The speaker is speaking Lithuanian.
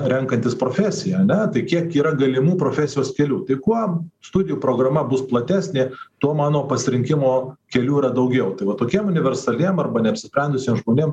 renkantis profesiją ane tai kiek yra galimų profesijos kelių tai kuo studijų programa bus platesnė tuo mano pasirinkimo kelių yra daugiau tai va tokiem universaliem arba neapsisprendusiem žmonėm